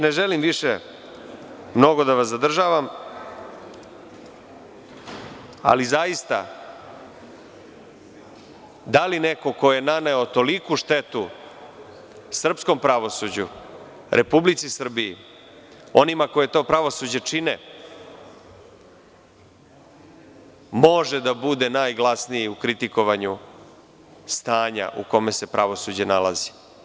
Ne želim više mnogo da vas zadržavam, ali zaista, da li neko ko je naneo toliku štetu srpskom pravosuđu, Republici Srbiji, onima koji to pravosuđe čine, može da bude najglasniji u kritikovanju stanja u kome se pravosuđe nalazi.